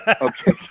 okay